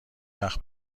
وقت